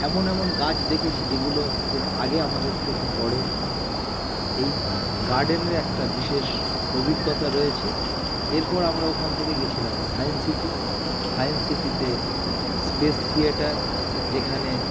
এমন এমন গাছ দেখেছি যেগুলো এর আগে আমাদের চোখে পড়ে নি এই গার্ডেনের একটা বিশেষ অভিজ্ঞতা রয়েছে এরপর আমরা ওখান থেকে গিয়েছিলাম সায়েন্স সিটি সায়েন্স সিটিতে স্পেস থিয়েটার যেখানে